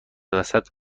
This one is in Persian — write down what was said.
وسط